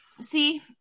see